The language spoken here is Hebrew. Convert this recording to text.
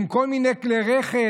עם כל מיני כלי רכב,